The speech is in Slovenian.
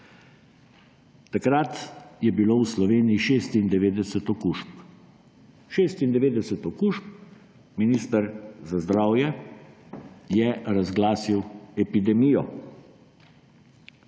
Takrat je bilo v Sloveniji 96 okužb. Minister za zdravje je razglasil epidemijo.